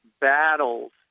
battles